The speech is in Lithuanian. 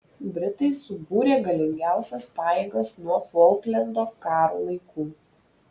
britai subūrė galingiausias pajėgas nuo folklendo karo laikų